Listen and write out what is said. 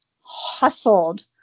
hustled